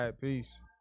peace